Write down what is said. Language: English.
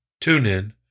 TuneIn